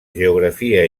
geografia